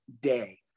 day